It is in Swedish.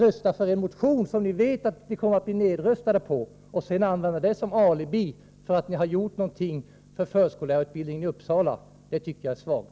rösta för en motion, där ni vet att ni blir nedröstade, och sedan använda det som alibi för att ni har gjort något för förskollärarutbildningen i Uppsala, det tycker jag är svagt.